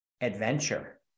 adventure